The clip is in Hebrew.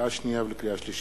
לקריאה שנייה ולקריאה שלישית: